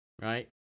right